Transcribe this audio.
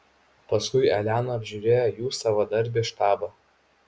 paskui elena apžiūrėjo jų savadarbį štabą